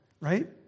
right